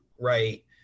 right